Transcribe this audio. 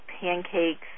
pancakes